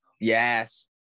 Yes